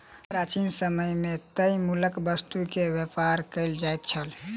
प्राचीन समय मे तय मूल्यक वस्तु के व्यापार कयल जाइत छल